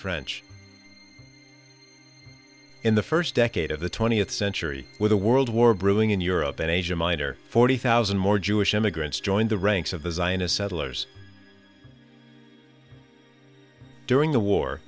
french in the first decade of the twentieth century with a world war brewing in europe and asia minor forty thousand more jewish immigrants joined the ranks of the zionist settlers during the war